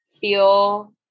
feel